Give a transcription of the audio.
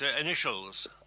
initials